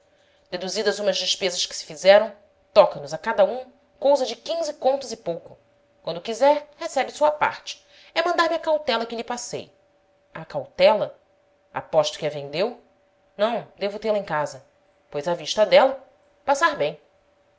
deduzidas umas despesas que se fizeram toca nos a cada um cousa de quinze contos e pouco quando quiser receber sua parte é mandar-me a cautela que lhe passei a cautela aposto que a vendeu não devo tê-la em casa pois à vista dela passar bem